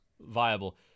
viable